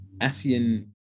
ASEAN